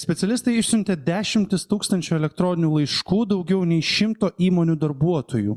specialistai išsiuntė dešimtis tūkstančių elektroninių laiškų daugiau nei šimto įmonių darbuotojų